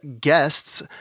guests